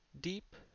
deep